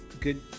Good